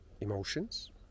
emotions